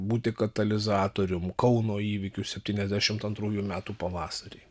būti katalizatorium kauno įvykių septyniasdešimt antrųjų metų pavasarį